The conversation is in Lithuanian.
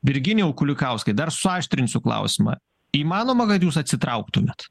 virginijau kulikauskai dar suaštrinsiu klausimą įmanoma kad jūs atsitrauktumėt